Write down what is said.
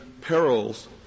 perils